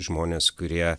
žmonės kurie